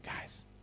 guys